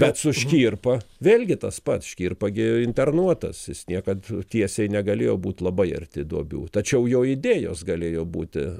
bet su škirpa vėlgi tas pats škirpa gi internuotas jis niekad tiesiai negalėjo būt labai arti duobių tačiau jo idėjos galėjo būti